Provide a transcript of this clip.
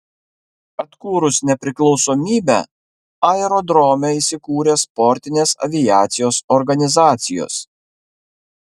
atkūrus nepriklausomybę aerodrome įsikūrė sportinės aviacijos organizacijos